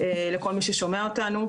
לכל מי ששומע אותנו.